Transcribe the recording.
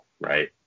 Right